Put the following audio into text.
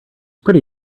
pretty